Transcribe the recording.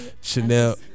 Chanel